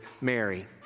Mary